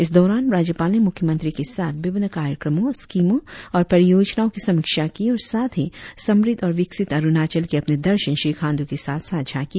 इस दौरान राज्यपाल ने मुख्य मंत्री के साथ विभिन्न कार्यक्रमों स्कीमों और परियोजनाओं की समीक्षा की और साथ ही समृद्ध और विकसित अरुणाचल की अपनी दर्शन श्री खांड् के साथ सांझा किया